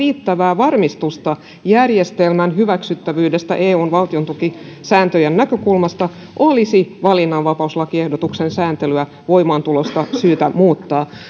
riittävää varmistusta järjestelmän hyväksyttävyydestä eun valtiontukisääntöjen näkökulmasta olisi valinnanvapauslakiehdotuksen sääntelyä voimaantulosta syytä muuttaa